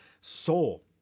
soul